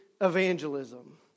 evangelism